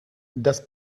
das